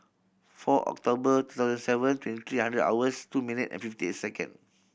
four October two thousand seven twenty three hours two minute and fifty second